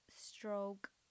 stroke